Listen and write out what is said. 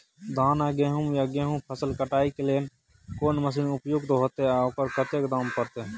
धान आ गहूम या गेहूं फसल के कटाई के लेल कोन मसीन उपयुक्त होतै आ ओकर कतेक दाम परतै?